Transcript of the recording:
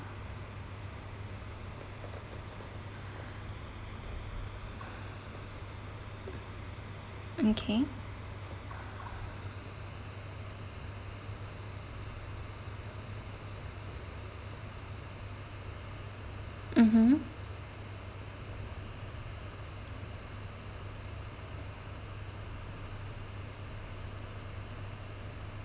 okay mmhmm